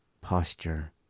posture